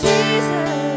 Jesus